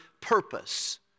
Purpose